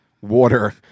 water